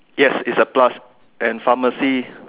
yes it's a plus and pharmacy